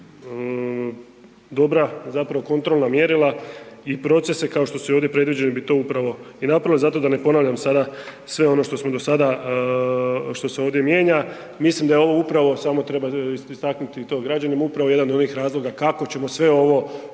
dobra kontrolna mjerila i procese kao što su i ovdje predviđeni bi to upravo i napravili. Zato da ne ponavljam sada sve ono što smo do sada što se ovdje mijenja mislim da je ovo upravo samo treba istaknuti i to građanima, upravo jedan od onih razloga kako ćemo sve ovo